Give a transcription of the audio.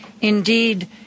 indeed